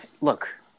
look